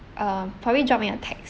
um probably drop me a text